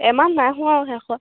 ইমান নাই হোৱা আৰু শেষত